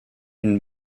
une